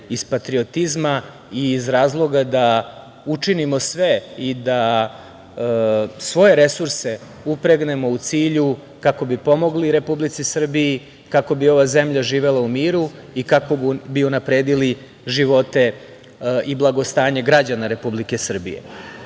iz patriotizma i iz razloga da učinimo sve i da svoje resurse upregnemo u cilju kako bi pomogli Republici Srbiji, kako bi ova zemlja živela u miru i kako bi unapredili živote i blagostanje građana Republike Srbije. Naime,